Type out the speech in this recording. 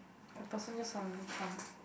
the person just suddenly come